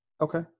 Okay